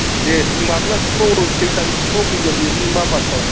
दे माब्लासिमाव खय थारिखसिमाव फैगोन ओरैनो मा मासाव